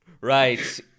Right